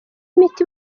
imiti